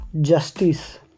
Justice